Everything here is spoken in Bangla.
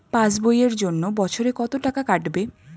পাস বইয়ের জন্য বছরে কত টাকা কাটবে?